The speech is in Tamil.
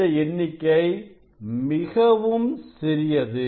இந்த எண்ணிக்கை மிகவும் சிறியது